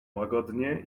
łagodnie